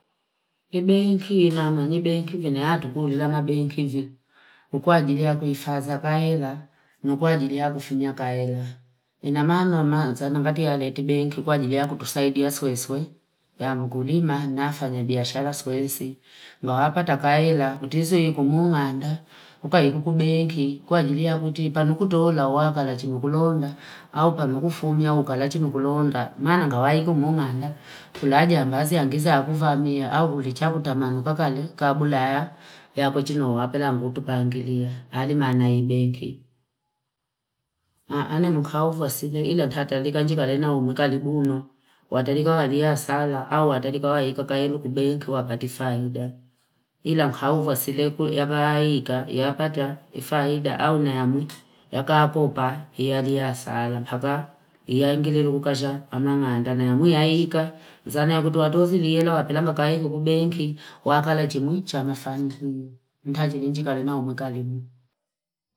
Ni benki inama ni benki vene atukundi namabenki vi nikwa ajili yakuifadhia na kaela ni kwa ajili ya kufinyaka ela ina maana nanza wakati neti benk i kw ajili yakutusaidia siosio ya mkulima nafanya biashala seis na apata kaela kuteze kumumanda kukaikuku benki kwajili yakutipa kutolowa waka nachili kulonda au ngani kufumia au ngala chiku kulonda maana ngavaiku mung'anda kuna jambazi angeza kuvamia au ngechakutamani kabla ya yakuchinoa yakulya mtu pungilia ali mubenki, ah ah nakaova sile ila tata lika njilale naumwa kalibuni wateleka walia sana au wateleka ku benki wapate faida ila nkahukwa nsile kule wakaiika yakata ifaaida au niyamwi yaka kopa yali asala hata iyangile ukaso ama maandana muyaiikazano watoto asoni liela akilamb akubenki wakala chimwi chamifangio ngachili chingali naumikamili.